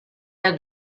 the